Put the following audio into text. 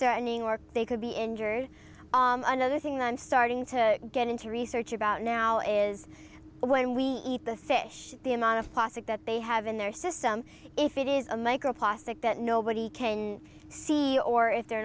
threatening or they could be injured another thing that i'm starting to get into research about now is when we eat the fish the amount of plastic that they have in their system if it is a micro plastic that nobody can see or if they're